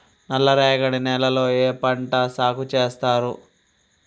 నల్లరేగడి నేలల్లో ఏ పంట సాగు చేస్తారు?